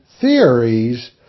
theories